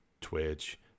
Twitch